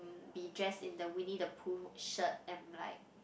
be dressed in the Winnie-the-Pooh shirt and like